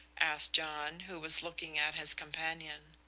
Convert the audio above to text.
asked john, who was looking at his companion.